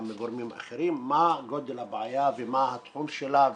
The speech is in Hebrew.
גם מגורמים אחרים מה גודל הבעיה ומה התחום שלה,